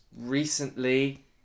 recently